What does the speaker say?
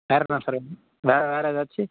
வேறு என்ன சார் வேணும் வேறு வேறு எதாச்சும்